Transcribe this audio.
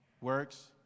works